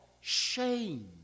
Shame